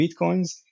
Bitcoins